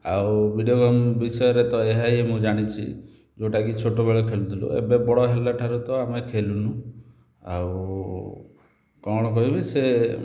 ଆଉ video game ବିଷୟରେ ତ ଏହା ହିଁ ମୁଁ ଜାଣିଛି ଯେଉଁଟାକି ଛୋଟବେଳେ ଖେଲୁଥିଲୁ ଏବେ ବଡ଼ ହେଲା ଠାରୁ ତ ଆମେ ଖେଲୁନୁ ଆଉ କ'ଣ କହିବି ସେ